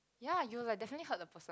ya you will like definitely hurt the person